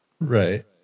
Right